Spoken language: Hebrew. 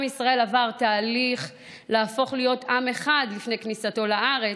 עם ישראל עבר תהליך: להפוך להיות עם אחד לפני כניסתו לארץ,